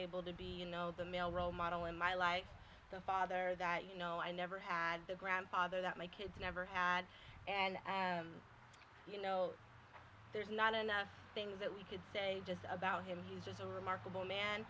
able to be in the know the male role model in my life the father that you know i never had the grandfather that my kids never had and you know there's not enough things that we could say just about him he's just a remarkable man